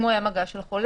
אם הוא היה במגע עם חולה,